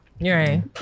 Right